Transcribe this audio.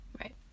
Right